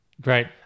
great